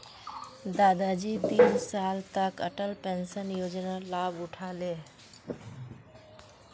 दादाजी तीन साल तक अटल पेंशन योजनार लाभ उठा ले